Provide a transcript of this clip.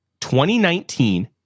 2019